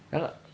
ya lah